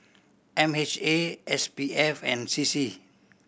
M H A S P F and C C